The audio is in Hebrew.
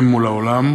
הם מול העולם.